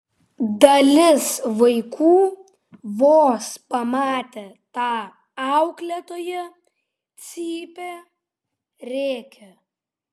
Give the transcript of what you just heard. dalis vaikų vos pamatę tą auklėtoją cypia rėkia